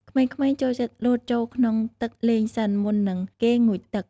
ក្មេងៗចូលចិត្តលោតចូលក្នុងទឹកលេងសិន មុននឹងគេងូតទឹក។